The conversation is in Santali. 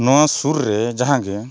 ᱱᱚᱣᱟ ᱥᱩᱨ ᱨᱮ ᱡᱟᱦᱟᱸ ᱜᱮ